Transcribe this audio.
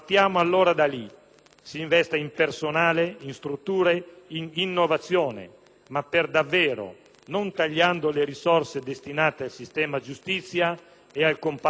Si investa in personale, in strutture, in innovazione. Ma per davvero! Non tagliando le risorse destinate al sistema giustizia e al comparto sicurezza.